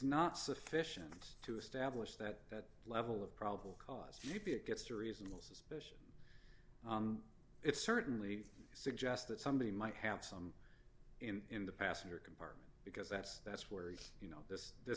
not sufficient to establish that level of probable cause you'd be it gets to reasonable suspicion it certainly suggests that somebody might have some in the passenger compartment because that's that's where you know this this